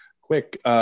Quick